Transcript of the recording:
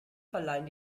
verleihen